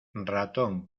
ratón